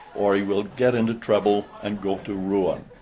or he will get into trouble and go to ruin.